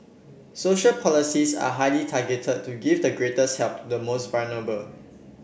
social policies are highly targeted to give the greatest help the most vulnerable